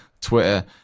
twitter